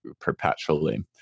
perpetually